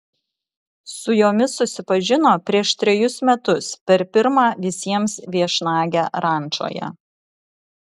su jomis susipažino prieš trejus metus per pirmą visiems viešnagę rančoje